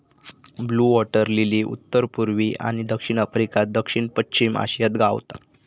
blue water lily उत्तर पुर्वी आणि दक्षिण आफ्रिका, दक्षिण पश्चिम आशियात गावता